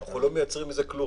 אנחנו לא מייצרים עם זה כלום,